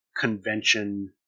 convention